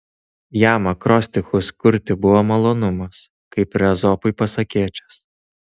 jam akrostichus kurti buvo malonumas kaip ir ezopui pasakėčias